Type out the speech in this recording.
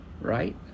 Right